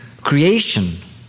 creation